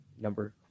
Number